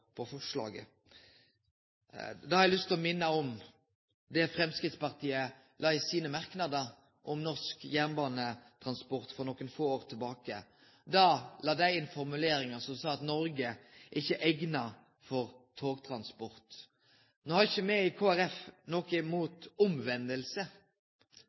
forslaget. Da har eg lyst til å minne om det Framstegspartiet sa i sine merknader om norsk jernbanetransport for nokre få år tilbake. Da la dei inn formuleringar om at Noreg ikkje er eigna for togtransport. No har ikkje me i Kristeleg Folkeparti noko